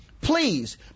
Please